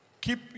Keep